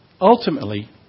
ultimately